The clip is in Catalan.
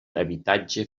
habitatge